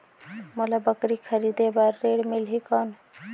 मोला बकरी खरीदे बार ऋण मिलही कौन?